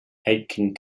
aitkin